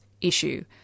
issue